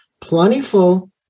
plentiful